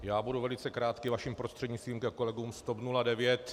Já budu velice krátký vaším prostřednictvím ke kolegům z TOP 09.